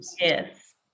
Yes